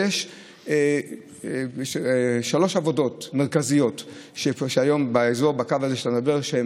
יש שלוש עבודות מרכזיות בקו שאתה מדבר עליו,